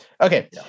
Okay